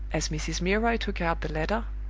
as mrs. milroy took out the letter,